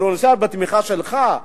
בתמיכה שלך,